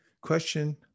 Question